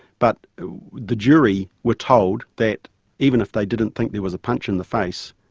but the jury were told that even if they didn't think there was a punch in the face,